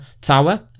tower